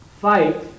fight